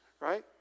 right